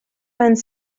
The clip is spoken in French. vingt